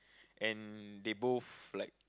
and they both like